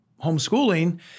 homeschooling